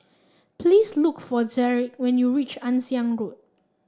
please look for Derik when you reach Ann Siang Road